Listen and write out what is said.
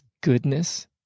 goodness